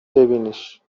ببینیش